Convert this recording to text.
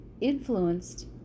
influenced